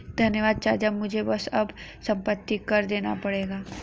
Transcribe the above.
धन्यवाद चाचा मुझे बस अब संपत्ति कर देना पड़ेगा